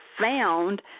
found